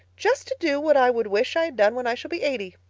just to do what i would wish i had done when i shall be eighty.